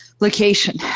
location